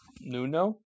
Nuno